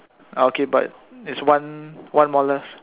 oh okay but it's one one more left